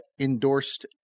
endorsed